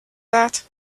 that